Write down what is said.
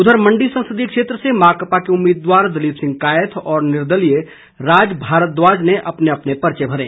उधर मण्डी संसदीय क्षेत्र से माकपा के उम्मीदवार दलीप सिंह कायथ और निर्दलीय राज भारद्वाज ने अपने अपने पर्चे भरे